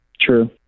True